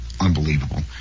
unbelievable